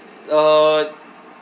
uh